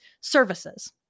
services